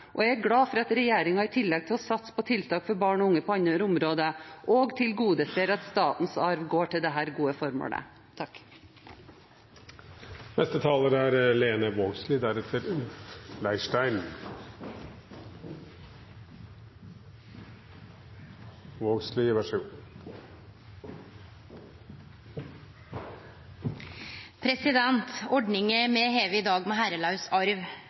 og jeg er glad for at regjeringen i tillegg til å satse på tiltak for barn og unge på andre områder tilgodeser at statens arv går til dette gode formålet. Ordninga me har i dag med herrelaus arv, er god, ubyråkratisk og kjem alle til gode. Arvelovutvalet, som blei oppnemnt ved kgl. resolusjon 15. april 2011, fekk i